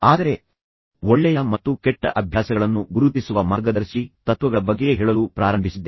ಆದರೆ ಅದರ ಬಗ್ಗೆ ಮಾತನಾಡಿದ ನಂತರ ಒಳ್ಳೆಯ ಮತ್ತು ಕೆಟ್ಟ ಅಭ್ಯಾಸಗಳನ್ನು ಗುರುತಿಸುವ ಮಾರ್ಗದರ್ಶಿ ತತ್ವಗಳ ಬಗ್ಗೆ ನಾನು ನಿಮಗೆ ಹೇಳಲು ಪ್ರಾರಂಭಿಸಿದ್ದೆ